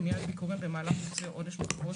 מניעה ביקורים במהלך --- וכו'.